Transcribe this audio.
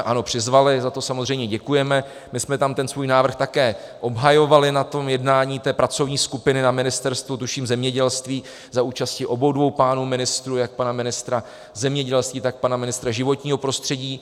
Ano, přizvali, za to samozřejmě děkujeme, my jsme svůj návrh také obhajovali na jednání té pracovní skupiny na ministerstvu, tuším, zemědělství, za účasti obou dvou pánů ministrů, jak pana ministra zemědělství, tak pana ministra životního prostředí.